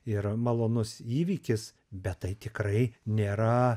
ir malonus įvykis bet tai tikrai nėra